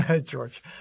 George